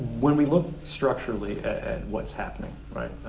when we look structurally at what's happening, right,